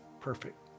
perfect